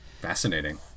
Fascinating